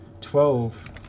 Twelve